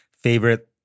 favorite